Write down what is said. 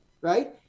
right